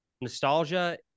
Nostalgia